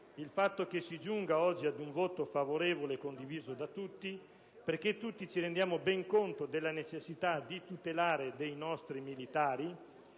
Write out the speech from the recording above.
il fatto che si giunga oggi ad un voto favorevole condiviso da tutti, perché tutti ci rendiamo ben conto della necessità di tutela dei nostri militari,